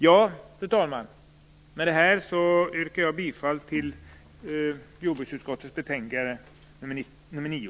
Fru talman! Med det här yrkar jag bifall till hemställan i jordbruksutskottets betänkande 9.